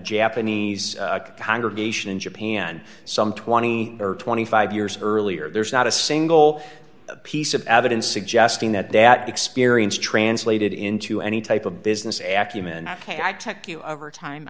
japanese congregation in japan some twenty or twenty five years earlier there's not a single piece of evidence suggesting that that experience translated into any type of business